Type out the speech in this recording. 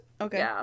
Okay